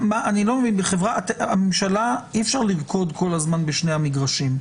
אני לא מבין, אי אפשר לרקוד כל הזמן בשני המגרשים.